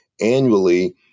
annually